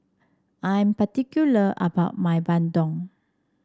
I'm particular about my bandung